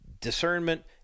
discernment